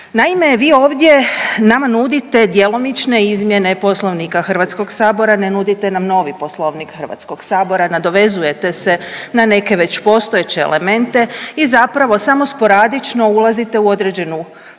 Naime, vi ovdje nama nudite djelomične izmjene Poslovnika HS, ne nudite nam novi Poslovnik HS, nadovezujete se na neke već postojeće elemente i zapravo samo sporadično ulazite u određenu